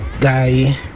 guy